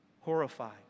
Horrified